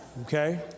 Okay